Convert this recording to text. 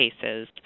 cases